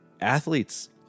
Athletes